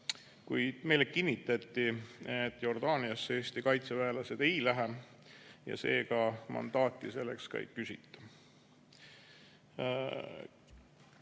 kuid meile kinnitati, et Jordaaniasse Eesti kaitseväelased ei lähe ja seega mandaati selleks ka ei küsita.